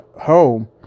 home